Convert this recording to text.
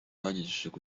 banyigishije